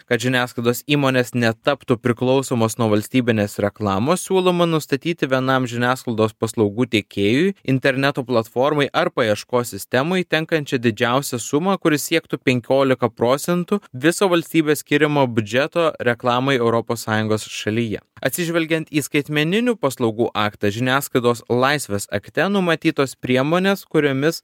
kad žiniasklaidos įmonės netaptų priklausomos nuo valstybinės reklamos siūloma nustatyti vienam žiniasklaidos paslaugų tiekėjui interneto platformai ar paieškos sistemai tenkančią didžiausią sumą kuri siektų penkiolika procentų viso valstybės skiriamo biudžeto reklamai europos sąjungos šalyje atsižvelgiant į skaitmeninių paslaugų aktą žiniasklaidos laisvės akte numatytos priemonės kuriomis